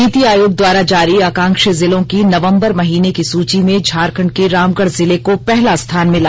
नीति आयोग द्वारा जारी आकांक्षी जिलों की नवंबर महीने की सूची में झारखंड के रामगढ़ जिले को पहला स्थान मिला